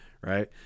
right